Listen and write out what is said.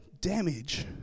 damage